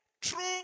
true